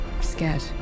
scared